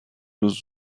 روز